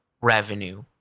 revenue